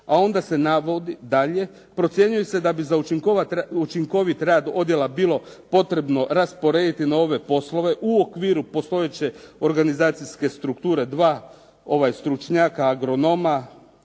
a onda se navodi dalje, "procjenjuje se da bi za učinkovit rad odjela bilo rasporediti nove poslove u okviru postojeće organizacijske strukture dva, stručnjaka agronoma,